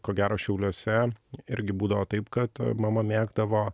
ko gero šiauliuose irgi būdavo taip kad mama mėgdavo